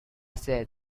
said